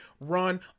run